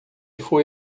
foi